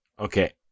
Okay